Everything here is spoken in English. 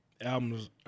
albums